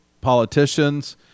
politicians